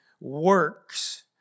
works